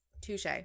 Touche